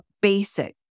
basic